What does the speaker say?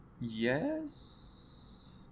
yes